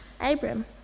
Abram